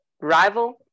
Rival